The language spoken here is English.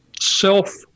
self